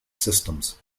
systems